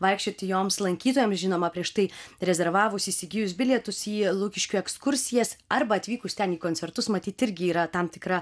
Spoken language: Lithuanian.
vaikščioti joms lankytojam žinoma prieš tai rezervavus įsigijus bilietus į lukiškių ekskursijas arba atvykus ten į koncertus matyt irgi yra tam tikra